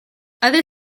other